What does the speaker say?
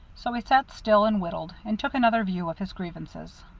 so he sat still and whittled, and took another view of his grievances.